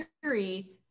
theory